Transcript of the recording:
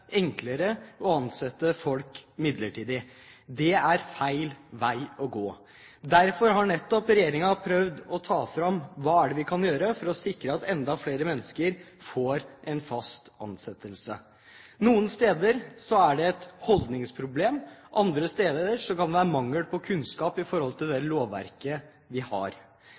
enklere å ansette folk midlertidig. Det er feil vei å gå. Derfor har regjeringen nettopp prøvd å holde fram hva vi kan gjøre for å sikre at enda flere mennesker får fast ansettelse. Noen steder er det et holdningsproblem, andre steder kan det være mangel på kunnskap om det lovverket vi har.